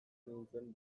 nintzen